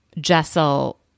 Jessel